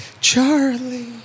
Charlie